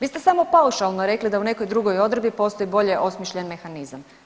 Vi ste samo paušalno rekli da u nekoj drugoj odredbi postoji bolje osmišljen mehanizam.